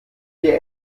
dir